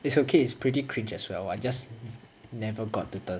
it's okay it's pretty cringe as well I just never got to the